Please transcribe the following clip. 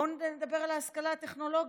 בואו נדבר על ההשכלה הטכנולוגית,